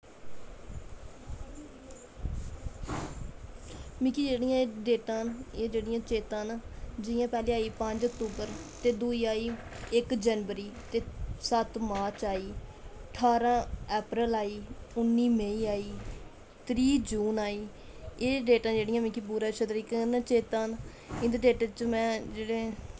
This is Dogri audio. मिगी जेह्ड़ियां एह् डेटां न एह् जेह्ड़ियां चेता न जियां पैह्लें आई पंज अक्तूबर ते दूई आई इक जनवरी ते सत्त मार्च आई ठारां अप्रैल आई उन्नी मेई आई त्रीह् जून आई एह् डेटां जेह्ड़ियां मिगी अच्छे तरीके कन्नै चेता न इं'दे डेटें च में जेह्ड़े